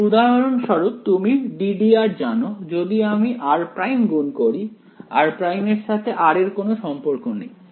তাই উদাহরণ স্বরূপ তুমি ddr জানো যদি আমি r' গুণ করি r' এর সাথে r এর কোনো সম্পর্ক নেই